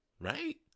right